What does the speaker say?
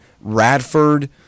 Radford